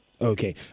Okay